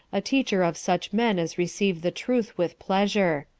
a teacher of such men as receive the truth with pleasure.